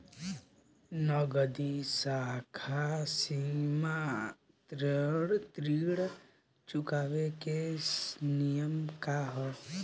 नगदी साख सीमा ऋण चुकावे के नियम का ह?